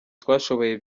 twashoboye